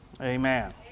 Amen